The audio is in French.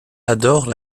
adore